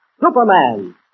Superman